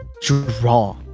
draw